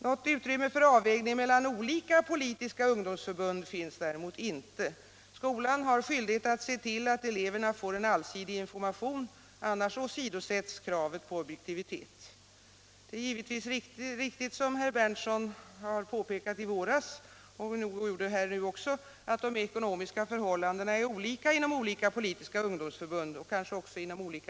Något utrymme för avvägning mellan olika politiska ungdomsförbund finns däremot inte. Skolan har skyldighet att se till att eleverna får allsidig information, annars åsidosätts kravet på objektivitet. Det är riktigt som herr Berndtson påpekade i våras liksom i dag att de ekonomiska förhållandena är olika i olika politiska ungdomsförbund och även inom olika distrikt i landet.